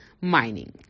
mining